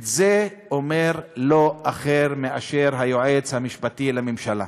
את זה אומר לא אחר מאשר היועץ המשפטי לממשלה,